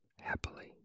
happily